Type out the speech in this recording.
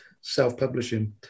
self-publishing